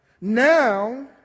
Now